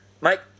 Mike